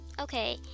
Okay